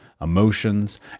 emotions